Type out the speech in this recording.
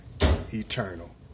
eternal